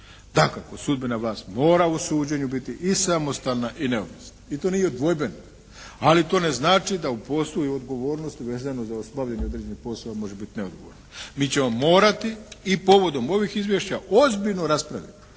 Dakako, sudbena vlast mora u suđenju biti i samostalna i neovisna i to nije dvojbeno, ali to ne znači da u poslu i odgovornosti vezano za obavljanje određenih poslova može biti odgovorna. Mi ćemo morati i povodom ovih izvješća ozbiljno raspraviti